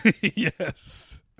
Yes